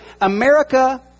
America